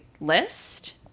list